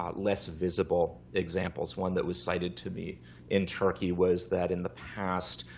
um less visible examples. one that was cited to me in turkey was that in the past,